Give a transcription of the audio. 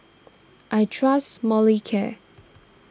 I trust Molicare